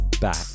back